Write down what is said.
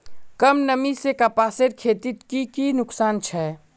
कम नमी से कपासेर खेतीत की की नुकसान छे?